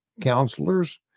counselors